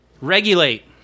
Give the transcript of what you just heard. Regulate